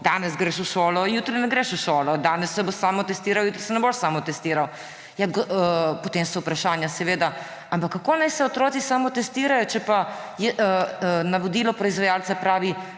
Danes greš v šolo, jutri ne greš v šolo, danes se boš samotestiral, jutri se ne boš samotestiral. Ja, potem se vprašanja, seveda. Kako naj se otroci samotestirajo, če pa navodilo proizvajalca pravi,